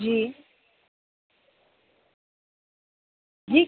जी जी